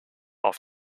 auf